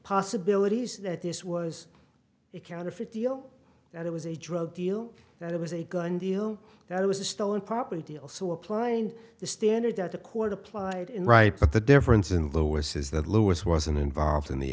possibilities that this was a counterfeit deal that it was a drug deal that it was a gun deal that it was a stolen property deal so applying the standard that the court applied in right but the difference in the way says that lewis wasn't involved in the